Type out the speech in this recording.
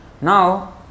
Now